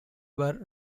were